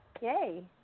Yay